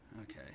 Okay